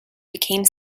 became